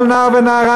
כל נער ונערה,